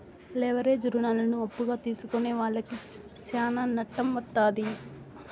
leverage రుణాలను అప్పుగా తీసుకునే వాళ్లకి శ్యానా నట్టం వత్తాది